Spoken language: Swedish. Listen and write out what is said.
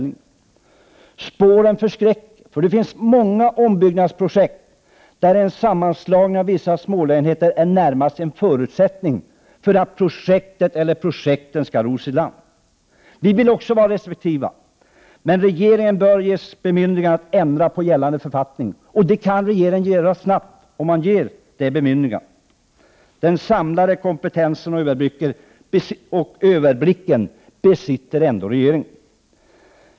De spår som finns förskräcker. Det finns många ombyggnadsprojekt där en sammanslagning av vissa smålägenheter är närmast en förutsättning för att projektet eller projekten skall kunna ros i land. Vi socialdemokrater vill också vara restriktiva. Men regeringen bör ges bemyndigande att ändra på gällande författning. Det kan regeringen göra snabbt, om den får detta bemyndigande. Regeringen besitter ändå den samlade kompetensen och har en överblick över situationen.